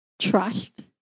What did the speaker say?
trust